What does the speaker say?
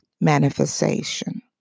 manifestation